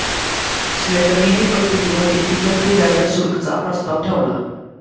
Slattery ने बैठकीमध्ये तिच्या फ्री राईडर शुल्क चा प्रस्ताव ठेवला